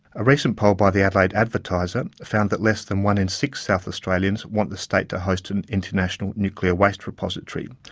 a recent poll by the adelaide advertiser found that less than one in six south australians want the state to host an international nuclear waste repository.